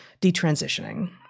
detransitioning